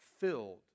filled